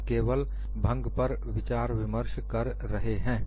हम केवल भंग पर विचार कर रहे हैं